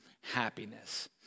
happiness